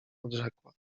odrzekła